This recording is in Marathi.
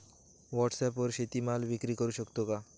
व्हॉटसॲपवर शेती माल विक्री करु शकतो का?